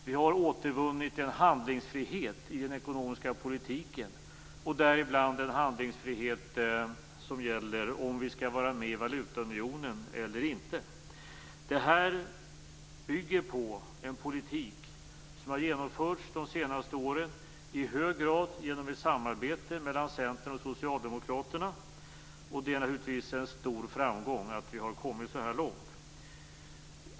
Vi har återvunnit en handlingsfrihet i den ekonomiska politiken, däribland en handlingsfrihet vad gäller om vi skall vara med i valutaunionen eller inte. Det här bygger på en politik som har genomförts under de senaste åren, i hög grad genom ett samarbete mellan Centern och Socialdemokraterna. Det är naturligtvis en stor framgång att vi har kommit så här långt.